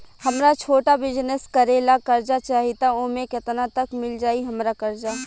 हमरा छोटा बिजनेस करे ला कर्जा चाहि त ओमे केतना तक मिल जायी हमरा कर्जा?